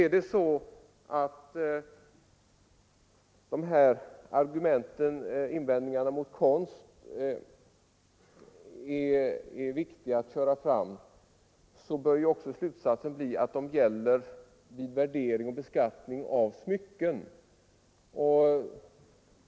Är det så att invändningarna mot beskattningen av konst är viktiga att föra fram bör också slutsatsen bli att detsamma gäller vid värdering och beskattning av smycken.